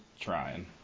trying